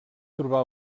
trobar